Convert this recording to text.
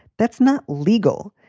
that's not legal.